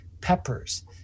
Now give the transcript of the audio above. peppers